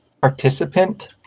participant